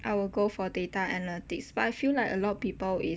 I will go for data analytics but I feel like a lot of people is